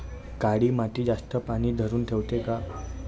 काळी माती जास्त पानी धरुन ठेवते का?